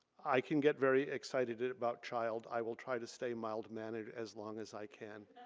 i can get very excited about child. i will try to stay mild mannered as long as i can.